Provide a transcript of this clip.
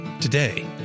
Today